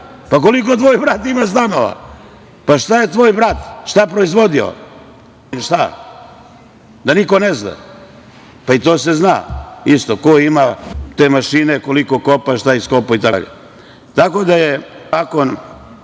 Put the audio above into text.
Pa, koliko tvoj brat ima stanova? Pa, šta je tvoj brat, šta je proizvodio? Bitkoin, šta, da niko ne zna? Pa, i to se zna isto, ko ima te mašine, koliko kopa, šta iskopa itd. Tako da je